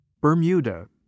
Bermuda